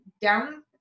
down